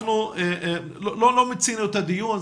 לא מיצינו את הדיון.